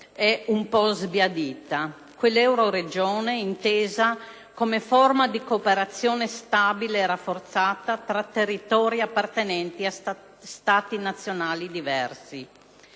un po' sbiadita - intesa come forma di cooperazione stabile e rafforzata tra territori appartenenti a Stati nazionali diversi.